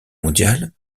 mondiale